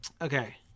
okay